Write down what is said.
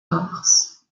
corse